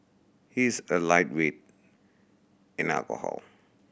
he is a lightweight in alcohol